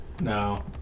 No